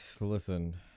Listen